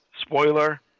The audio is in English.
spoiler